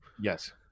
yes